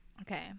okay